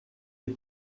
est